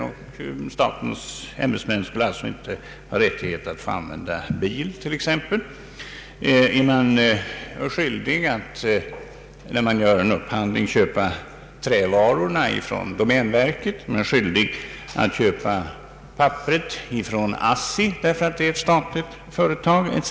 Statens ämbetsmän skulle alltså inte ha rättighet att t.ex. använda bil. är man skyldig att vid en upphandling köpa trävarorna från domänverket, är man skyldig att köpa papperet från ASSI därför att det är ett statligt företag?